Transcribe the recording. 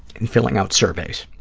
and filling out surveys,